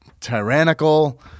tyrannical